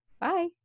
Bye